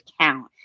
count